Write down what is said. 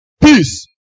peace